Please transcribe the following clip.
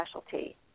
specialty